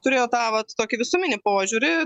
turėjo tą vat tokį visuminį požiūrį